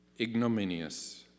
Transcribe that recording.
ignominious